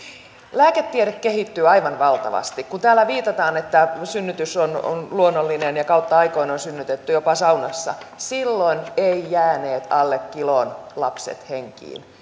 lääketiede kehittyy aivan valtavasti kun täällä viitataan että synnytys on on luonnollinen ja kautta aikojen on synnytetty jopa saunassa silloin eivät jääneet alle kilon lapset henkiin